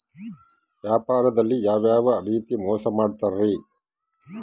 ವ್ಯಾಪಾರದಲ್ಲಿ ಯಾವ್ಯಾವ ರೇತಿ ಮೋಸ ಮಾಡ್ತಾರ್ರಿ?